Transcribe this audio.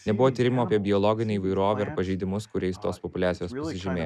nebuvo tyrimų apie biologinę įvairovę ir pažeidimus kuriais tos populiacijos pasižymėjo